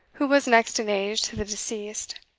who was next in age to the deceased,